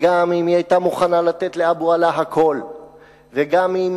וגם אם היא היתה מוכנה לתת לאבו עלא הכול וגם אם